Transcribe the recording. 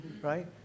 right